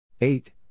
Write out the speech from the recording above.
Eight